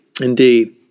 indeed